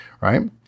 Right